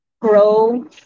grow